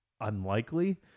unlikely